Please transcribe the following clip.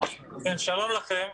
שלום לכם,